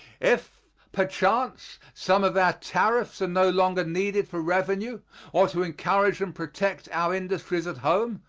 if, perchance, some of our tariffs are no longer needed for revenue or to encourage and protect our industries at home,